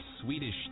Swedish